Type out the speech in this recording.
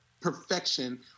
perfection